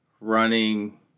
running